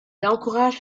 encourage